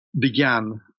began